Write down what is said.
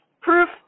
proof